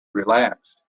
relaxed